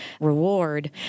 reward